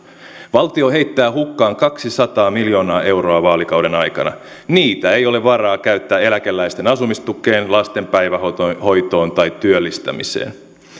valtio heittää hukkaan kaksisataa miljoonaa euroa vaalikauden aikana niitä ei ole varaa käyttää eläkeläisten asumistukeen lasten päivähoitoon tai työllistämiseen ja